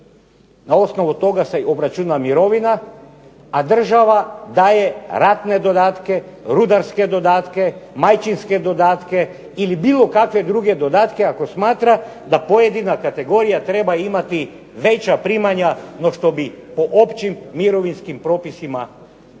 na osnovu toga se obračuna mirovina a država daje ratne dodatke, rudarske dodatke, majčinske dodatke ili bilo kakve druge dodatke ako smatra da pojedina kategorija treba imati veća primanja nego što bi po općim mirovinskim pravima ostvarila.